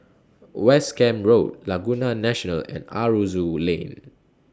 West Camp Road Laguna National and Aroozoo Lane